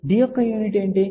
D యొక్క unit ఏమిటి